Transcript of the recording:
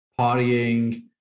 partying